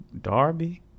Darby